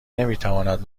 نمیتواند